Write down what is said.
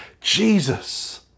Jesus